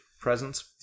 presence